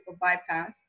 bypass